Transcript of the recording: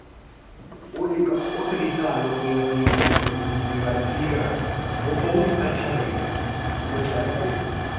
ओह् ते इक ओह् तरीका लोकें अपनी ओह्दी जिन्दगी दे बारै फील कराना एह् बहुत अच्छा तरीका अ'ऊं चाह्न्नां कि